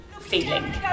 feeling